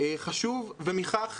חשוב מכך,